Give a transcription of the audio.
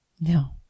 No